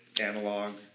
analog